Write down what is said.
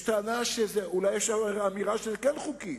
יש טענה, אולי יש אמירה שזה כן חוקי,